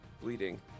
bleeding